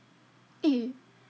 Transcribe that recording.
eh